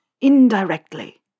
indirectly